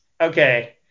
okay